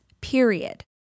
period